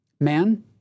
man